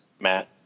matt